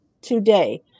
today